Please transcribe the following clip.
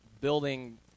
building